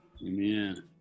Amen